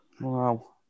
Wow